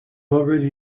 already